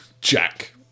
Jack